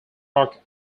rock